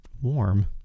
warm